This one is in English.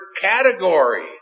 category